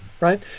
right